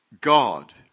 God